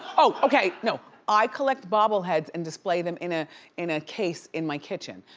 oh okay, you know i collect bobble heads and display them in ah in a case in my kitchen.